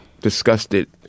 disgusted